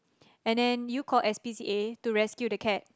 and then you called s_p_c_a to rescue the cat